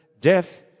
death